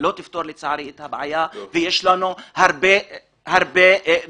לא תפתור את הבעיה ויש לנו הרבה דוגמאות.